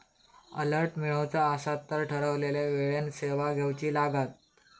alert मिळवुचा असात तर ठरवलेल्या वेळेन सेवा घेउची लागात